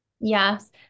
Yes